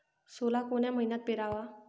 सोला कोन्या मइन्यात पेराव?